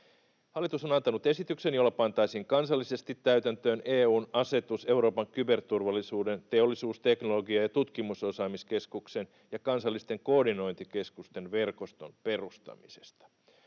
Hallitus on antanut esityksen, jolla pantaisiin kansallisesti täytäntöön EU:n asetus Euroopan kyberturvallisuuden teollisuus‑, teknologia‑ ja tutkimusosaamiskeskuksen ja kansallisten koordinointikeskusten verkoston perustamisesta.